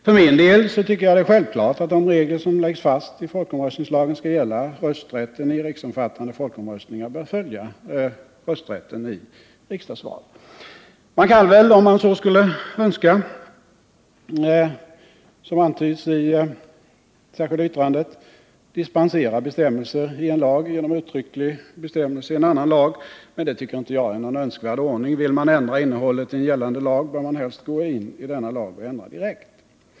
För min del är det självklart att den regel som läggs fast i folkomröstningslagen skall gälla rösträtten i alla riksomfattande folkomröstningar och att den bör följa rösträtten i riksdagsval. Man kan om man så önskar, vilket antyds i det särskilda yttrandet, dispensera bestämmelser i en lag genom uttrycklig bestämmelse i en annan lag. Men det tycker jag inte är någon önskvärd ordning. Vill man ändra innehållet i en gällande lag, bör man helst gå in i denna lag och ändra direkt.